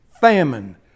famine